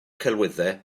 celwyddau